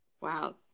Wow